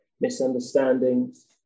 misunderstandings